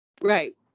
Right